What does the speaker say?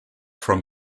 from